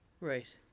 Right